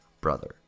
brother